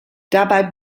dabei